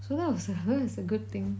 so that was a that was a good thing